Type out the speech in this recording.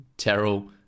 Terrell